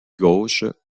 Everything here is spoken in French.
gauche